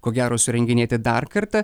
ko gero surenginėti dar kartą